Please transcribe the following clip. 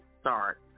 start